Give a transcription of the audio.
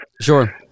Sure